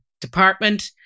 department